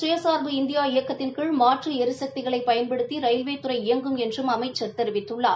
சுயசார்பு இந்தியா இயக்கத்தின் கீழ் மாற்று ளிசக்திகளை பயன்படுத்தி ரயில்வேதுறை இயங்கும் என்றும் அமைச்சர் தெரிவித்துள்ளார்